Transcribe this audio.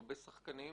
הרבה שחקנים,